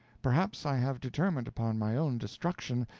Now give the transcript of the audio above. perhaps i have determined upon my own destruction,